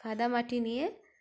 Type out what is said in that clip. কাদা মাটি নিয়ে